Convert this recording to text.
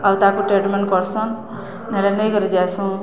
ଆଉ ତାକୁ ଟ୍ରିଟମେଣ୍ଟ କରସନ୍ ନହେଲେ ନେଇକରି ଯାଇସୁଁ